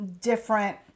different